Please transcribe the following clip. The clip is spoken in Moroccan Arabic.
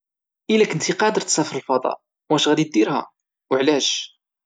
الى كنتي قادر تسافر للفضاء واش غادي ديرها وعلاش؟